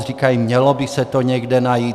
Říkají, mělo by se to někde najít.